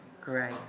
Great